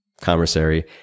commissary